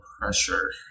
pressure